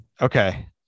Okay